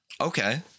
Okay